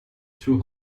too